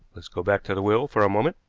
let's go back to the will for a moment,